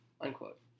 unquote